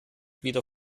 wieder